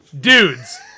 dudes